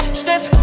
stiff